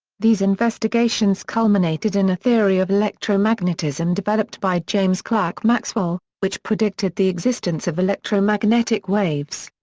these investigations culminated in a theory of electromagnetism developed by james clerk maxwell, which predicted the existence of electromagnetic waves.